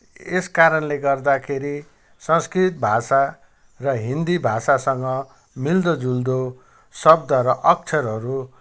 यसकारणले गर्दाखेरि संस्कृत भाषा र हिन्दी भाषासँग मिल्दोजुल्दो शब्द र अक्षरहरू